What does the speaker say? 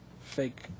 fake